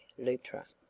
luttra.